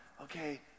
okay